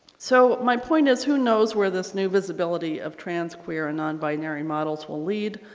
so my point is who knows where this new visibility of trans queer and non-binary models will lead.